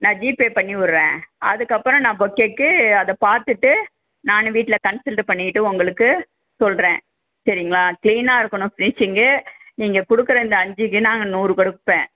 நான் ஜிபே பண்ணி விட்றேன் அதுக்கப்புறம் நான் பொக்கேக்கு அதை பார்த்துட்டு நான் வீட்டில கன்சல்ட்டு பண்ணிக்கிட்டு உங்களுக்கு சொல்கிறேன் சரிங்களா க்ளீனாக இருக்கணும் ஃபினிஷிங்கு நீங்கள் கொடுக்குற இந்த அஞ்சிக்கு நாங்கள் நூறுக் கொடுப்பேன்